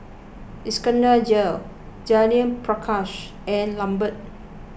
Iskandar Jalil Judith Prakash and Lambert